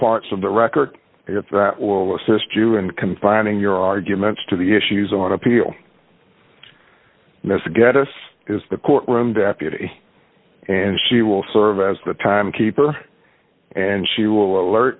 parts of the record that will assist you in confining your arguments to the issues on appeal mr geddes is the court room deputy and she will serve as the time keeper and she will alert